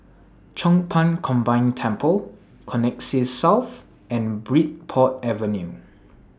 Chong Pang Combined Temple Connexis South and Bridport Avenue